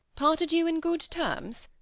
parted you in good terms?